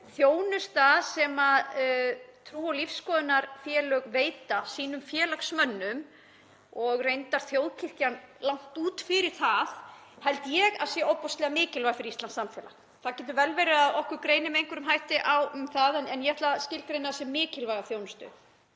þjónusta sem trú- og lífsskoðunarfélög veita sínum félagsmönnum, og þjóðkirkjan reyndar langt út fyrir það, held ég að sé ofboðslega mikilvæg fyrir íslenskt samfélag. Það getur vel verið að okkur greini með einhverjum hætti á um það en ég ætla að skilgreina hana sem mikilvæga þjónustu.